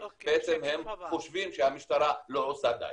בעצם הם חושבים שהמשטרה לא עושה די.